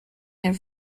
her